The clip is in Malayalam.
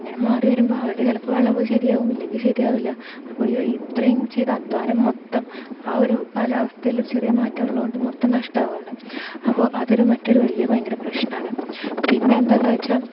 ഇങ്ങനെ മാറി വരുമ്പോൾ അവരുടെ ചിലപ്പോൾ വിളവ് ശരിയാകും ഇല്ലെങ്കിൽ ശരിയാകില്ല അപ്പോൾ ഇത്രയും ചെയ്ത അദ്ധ്വാനം മൊത്തം ആ ഒരു കാലാവസ്ഥയില് ഒരു ചെറിയ മറ്റുള്ള കൊണ്ട് മൊത്തം നഷ്ടാവും ആണ് അപ്പോൾ അതൊരു മറ്റൊരു വലിയ ഭയങ്കര പ്രശ്നമാണ് പിന്നെ എന്താണെന്ന് വച്ചാൽ